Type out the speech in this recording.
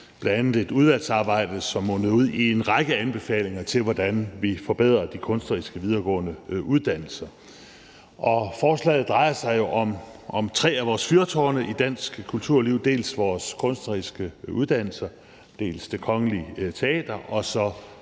af et udvalgsarbejde, som mundede ud i en række anbefalinger til, hvordan vi forbedrede de videregående kunstneriske uddannelser. Og forslaget drejer sig jo om tre af vores fyrtårne i dansk kulturliv, dels vores kunstneriske uddannelser, dels Det Kongelige Teater, dels